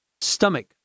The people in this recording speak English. Stomach